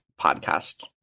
podcast